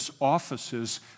offices